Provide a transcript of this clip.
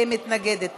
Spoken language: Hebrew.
כמתנגדת,